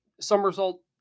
somersault